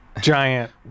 giant